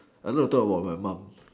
I know you talk about my mom